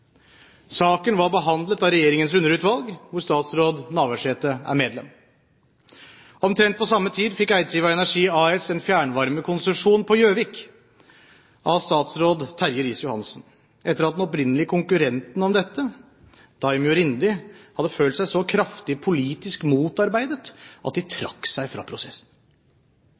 Saken var behandlet av regjeringens underutvalg, hvor statsråd Navarsete er medlem. Omtrent på samme tid fikk Eidsiva Energi AS en fjernvarmekonsesjon på Gjøvik av statsråd Terje Riis-Johansen, etter at den opprinnelige konkurrenten om dette, Daimyo Rindi, hadde følt seg så kraftig politisk motarbeidet at de trakk seg fra prosessen.